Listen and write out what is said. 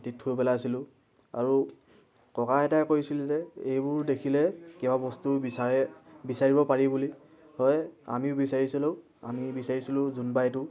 মাটিত থুই পেলাইছিলোঁ আৰু ককা আইতাই কৈছিল যে এইবোৰ দেখিলে কিবা বস্তু বিচাৰে বিচাৰিব পাৰি বুলি হয় আমিও বিচাৰিছিলোঁ আমি বিচাৰিছিলো জোনবাইটো